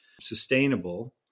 sustainable